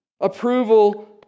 approval